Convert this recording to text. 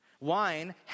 Wine